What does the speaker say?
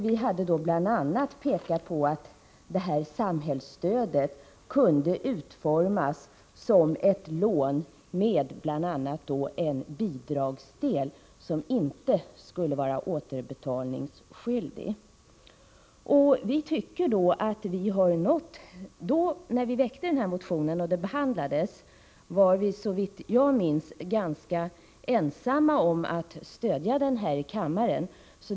Vi pekade då bl.a. på att detta samhällsstöd kunde utformas som ett lån med en bidragsdel som inte behövde återbetalas. När denna motion behandlades här i kammaren var vi, såvitt jag minns, ganska ensamma om att stödja den.